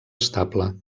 estable